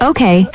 Okay